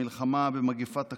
המלחמה במגפת הקורונה,